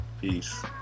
peace